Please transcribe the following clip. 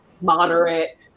moderate